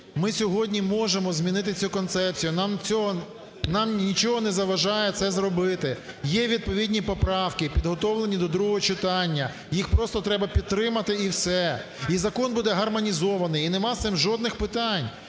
ми сьогодні можемо змінити цю концепцію, нам нічого не заважає це зробити. Є відповідні поправки, підготовлені до другого читання, їх просто треба підтримати і все, і закон буде гармонізований, і нема з цим жодних питань.